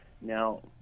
Now